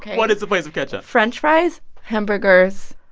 what is the place of ketchup? french fries, hamburgers.